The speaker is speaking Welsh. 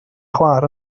chwaer